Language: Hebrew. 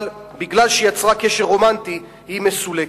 אבל מפני שהיא יצרה קשר רומנטי היא מסולקת.